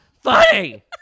funny